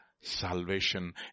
salvation